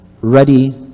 ready